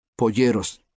polleros